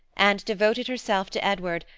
and devoted herself to edward,